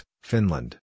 Finland